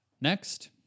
next